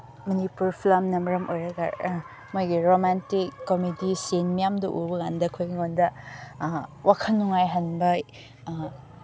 ꯃꯅꯤꯄꯨꯔ ꯐꯤꯂꯝꯅ ꯃꯔꯝ ꯑꯣꯏꯔꯒ ꯃꯣꯏꯒꯤ ꯔꯣꯃꯥꯟꯇꯤꯛ ꯀꯣꯃꯦꯗꯤ ꯁꯤꯟ ꯃꯌꯥꯝꯗꯨ ꯎꯕꯀꯥꯟꯗ ꯑꯩꯈꯣꯏꯉꯣꯟꯗ ꯋꯥꯈꯟ ꯅꯨꯡꯉꯥꯏꯍꯟꯕ